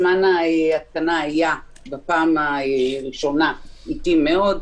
זמן ההתקנה בפעם הראשונה היה איטי מאוד,